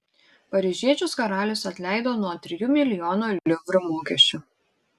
paryžiečius karalius atleido nuo trijų milijonų livrų mokesčių